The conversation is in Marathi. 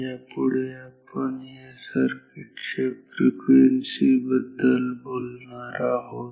या पुढे आता आपण या सर्किट च्या फ्रिक्वेन्सी बद्दल बोलणार आहोत